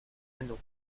anneau